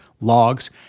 logs